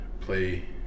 play